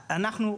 אנחנו,